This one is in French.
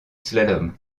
slalom